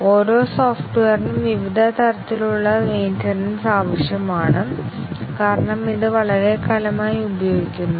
ഓരോ സോഫ്റ്റ്വെയറിനും വിവിധ തരത്തിലുള്ള മെയിന്റനൻസ് ആവശ്യമാണ് കാരണം ഇത് വളരെക്കാലമായി ഉപയോഗിക്കുന്നു